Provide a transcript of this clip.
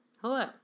Hello